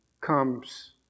comes